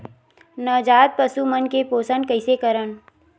नवजात पशु मन के पोषण कइसे करन?